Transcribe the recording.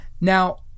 Now